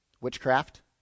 witchcraft